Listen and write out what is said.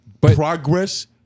progress